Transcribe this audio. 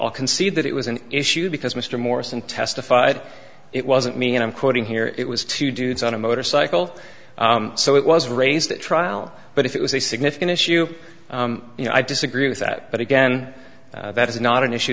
i'll concede that it was an issue because mr morris and testified it wasn't me and i'm quoting here it was to do this on a motorcycle so it was raised at trial but if it was a significant issue you know i disagree with that but again that is not an issue